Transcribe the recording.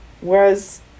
whereas